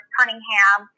Cunningham